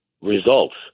results